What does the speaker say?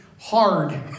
hard